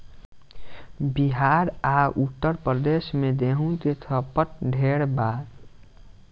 बिहार आ उत्तर प्रदेश मे गेंहू के खपत ढेरे बा